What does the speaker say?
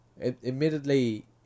Admittedly